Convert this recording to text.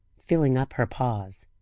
filling up her pause.